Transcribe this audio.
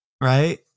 right